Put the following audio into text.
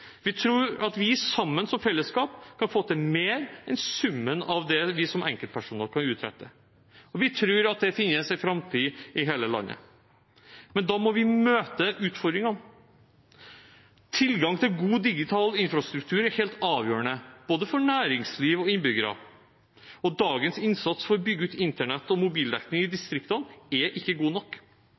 Vi tror at vi sammen som fellesskap kan få til mer enn summen av det vi som enkeltpersoner kan utrette. Vi tror at det finnes en framtid i hele landet. Men da må vi møte utfordringene. Tilgang til god digital infrastruktur er helt avgjørende for både næringsliv og innbyggere. Dagens innsats for å bygge ut internett og mobildekning i distriktene er ikke god nok.